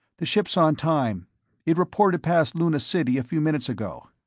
the ship's on time it reported past luna city a few minutes ago.